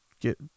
get